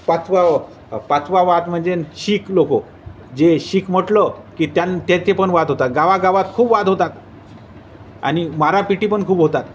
पाचवा पाचवा वाद म्हणजे शीख लोक जे शीख म्हटलं की त्यां त्यांचे पण वाद होतात गावागावात खूप वाद होतात आणि मारापीटी पण खूप होतात